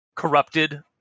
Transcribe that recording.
Corrupted